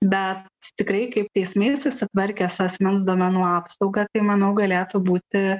bet tikrai kaip teismai susitvarkė su asmens duomenų apsauga tai manau galėtų būti